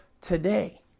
today